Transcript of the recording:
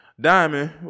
diamond